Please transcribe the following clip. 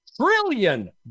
trillion